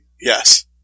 yes